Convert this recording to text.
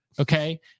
Okay